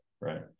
right